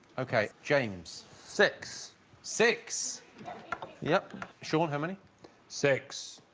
okay, james six six yep sean how many six?